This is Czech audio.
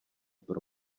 pro